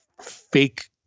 fake